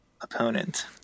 opponent